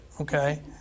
okay